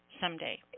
someday